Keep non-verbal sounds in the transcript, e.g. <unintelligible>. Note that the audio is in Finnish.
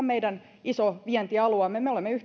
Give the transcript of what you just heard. <unintelligible> meidän iso vientialueemme me olemme